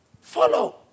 Follow